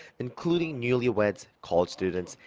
including newlyweds, college students,